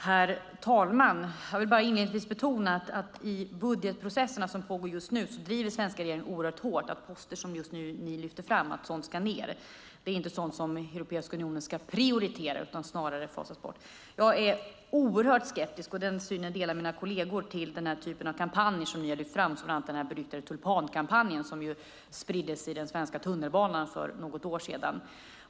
Herr talman! Jag vill inledningsvis betona att i de budgetprocesser som pågår just nu driver den svenska regeringen oerhört hårt att det Jonas Sjöstedt och Jens Holm lyfter fram ska ned. Det är inte sådant som den europeiska unionen ska prioritera utan snarare fasa bort. Jag är mycket skeptisk, och den synen delar mina kolleger, till den typen av kampanjer som Jens Holm lyfte fram, bland annat tulpankampanjer som spreds i den svenska tunnelbanan för något år sedan.